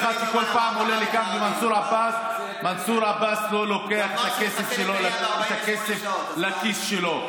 חבל שאתם מעלים את הנקודה הזאת.